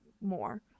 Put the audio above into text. more